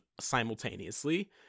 simultaneously